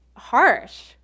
harsh